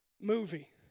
movie